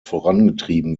vorangetrieben